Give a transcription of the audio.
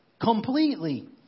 Completely